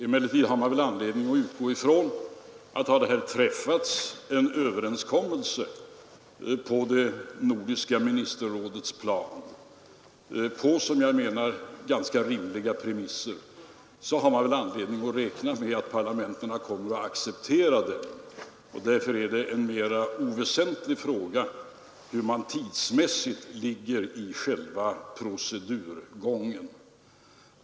Emellertid har man väl anledning att utgå från att, om det har träffats en överenskommelse på Nordiska ministerrådets plan på, som jag menar, ganska rimliga premisser, parlamenten kommer att acceptera den. Därför är det en mera oväsentlig fråga hur man tidsmässigt ligger till i procedurgången.